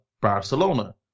Barcelona